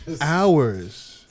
Hours